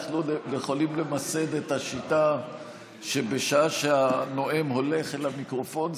אנחנו יכולים למסד את השיטה שבשעה שהנואם הולך אל המיקרופון,